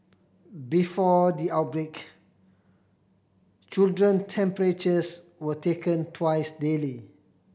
before the outbreak children temperatures were taken twice daily